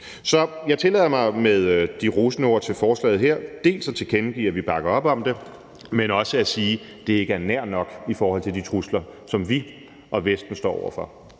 Så jeg tillader mig med de rosende ord til forslaget her dels at tilkendegive, at vi bakker op om det, dels at sige, at det ikke er nær nok i forhold til de trusler, som vi og Vesten står over for.